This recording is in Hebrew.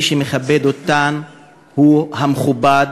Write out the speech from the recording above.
מי שמכבד אותן הוא המכובד,